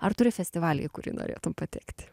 ar turi festivalį į kurį norėtum patekti